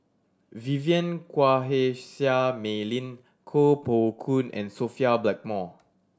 Vivien Quahe Seah Mei Lin Koh Poh Koon and Sophia Blackmore